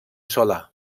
solar